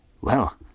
Well